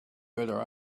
better